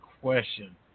question